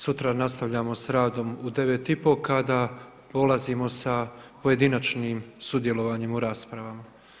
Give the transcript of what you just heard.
Sutra nastavljamo s radom u 9,30 kada polazimo sa pojedinačnim sudjelovanjem u raspravama.